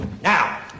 Now